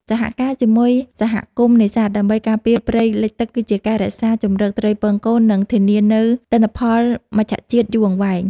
សហការជាមួយសហគមន៍នេសាទដើម្បីការពារព្រៃលិចទឹកគឺជាការរក្សាជម្រកត្រីពងកូន និង ធានានូវទិន្នផលមច្ឆជាតិយូរអង្វែង។